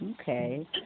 Okay